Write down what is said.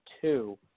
two